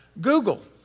Google